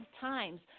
times